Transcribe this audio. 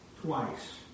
Twice